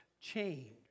change